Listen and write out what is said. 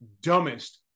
dumbest